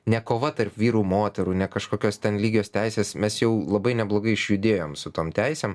ne kova tarp vyrų moterų ne kažkokios ten lygios teisės mes jau labai neblogai išjudėjom su tom teisėm